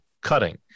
cutting